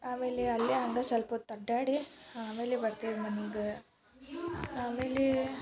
ಆಮೇಲೆ ಅಲ್ಲೇ ಹಂಗ ಸಲ್ಪ ಹೊತ್ ಅಡ್ಡಾಡಿ ಆಮೇಲೆ ಬರ್ತೀವಿ ಮನಿಗೆ ಆಮೇಲೆ